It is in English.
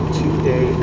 today